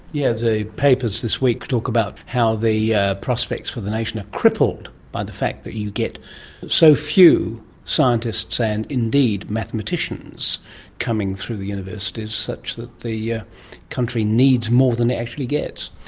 yes, the papers this week talk about how the prospects for the nation are crippled by the fact that you get so few scientists and indeed mathematicians coming through the universities such that the yeah country needs more than it actually gets.